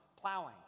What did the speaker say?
plowing